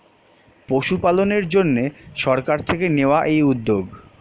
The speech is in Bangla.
পশুপালনের জন্যে সরকার থেকে নেওয়া এই উদ্যোগ